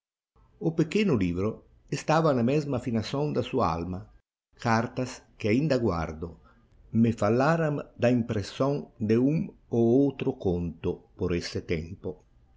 o pequeno livro estava na mesma afinação da sua alma cartas que ainda guardo me fallaram da impressão de um ou outro conto por esse tempo